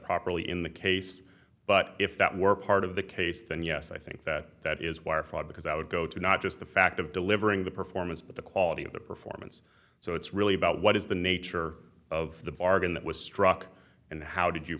properly in the case but if that were part of the case then yes i think that that is wire fraud because that would go to not just the fact of delivering the performance but the quality of the performance so it's really about what is the nature of the bargain that was struck and how did you